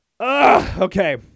okay